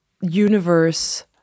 universe